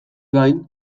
gain